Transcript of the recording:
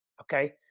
okay